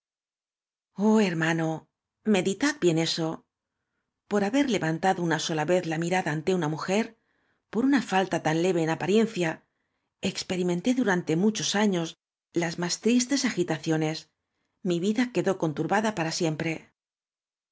hermano meditad bien esol por haber levantado una sola vez la mirada ante una mujer por una falta tau leve en apariencia experimenté durante muchos años las más tristes agitaciones m í vida quedó conturbada para siempre